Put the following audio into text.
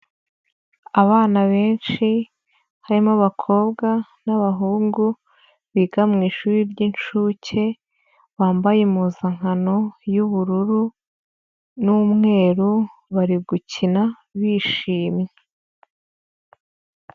Abana benshi harimo abakobwa n'abahungu biga mw'ishuri ry'inshuke bambaye impuzankano y'ubururu n'umweru bari gukina bishimye.